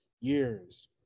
years